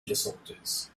disorders